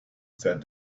said